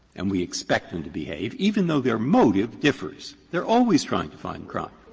and we expect them to behave, even though their motive differs. they're always trying to find crime.